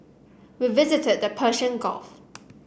we visited the Persian Gulf